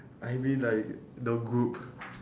I mean like the group